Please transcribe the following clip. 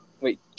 Wait